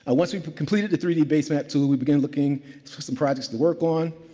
and once we've completed the three d base map tool, we began looking for some projects to work on.